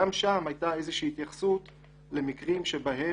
גם שם הייתה איזה שהיא התייחסות למקרים שבהם